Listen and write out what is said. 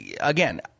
Again